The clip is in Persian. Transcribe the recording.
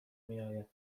میآید